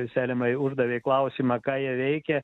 selemai uždavė klausimą ką jie veikia